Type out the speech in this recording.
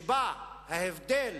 שבה ההבדל